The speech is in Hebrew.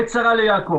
עת צרה ליעקב,